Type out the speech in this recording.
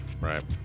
Right